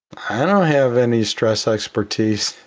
i don't have any stress expertise